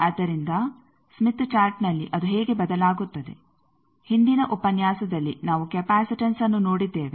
ಆದ್ದರಿಂದ ಸ್ಮಿತ್ ಚಾರ್ಟ್ನಲ್ಲಿ ಅದು ಹೇಗೆ ಬದಲಾಗುತ್ತದೆ ಹಿಂದಿನ ಉಪನ್ಯಾಸದಲ್ಲಿ ನಾವು ಕೆಪಾಸಿಟನ್ಸ್ಅನ್ನು ನೋಡಿದ್ದೇವೆ